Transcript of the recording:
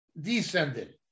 descended